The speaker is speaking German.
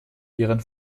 ihren